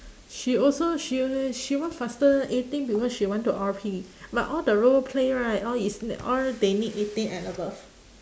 she also she she want faster eighteen because she want to R_P but all the roleplay right all is n~ all they need eighteen and above